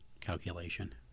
calculation